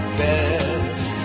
best